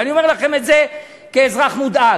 ואני אומר לכם את זה כאזרח מודאג,